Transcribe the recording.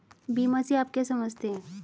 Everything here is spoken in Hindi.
बीमा से आप क्या समझते हैं?